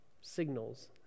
signals